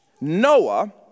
Noah